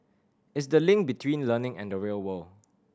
it's the link between learning and the real world